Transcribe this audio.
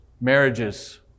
marriages